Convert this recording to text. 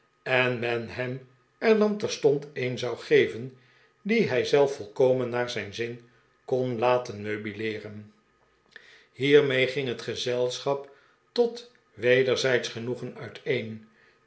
en men hem er dan terstond een zou geven die hij zelf volkomen naar zijn zin kon laten meubileeren hiermee ging het gezelschap tot weder zijdsch genoegen uiteen